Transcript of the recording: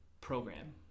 program